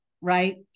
right